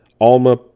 Alma